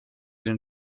den